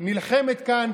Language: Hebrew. נלחמת כאן,